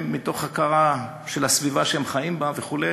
שהם, מתוך הכרה של הסביבה שהם חיים בה וכו',